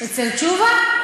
אצל תשובה?